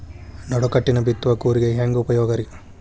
ನಡುಕಟ್ಟಿನ ಬಿತ್ತುವ ಕೂರಿಗೆ ಹೆಂಗ್ ಉಪಯೋಗ ರಿ?